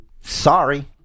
Sorry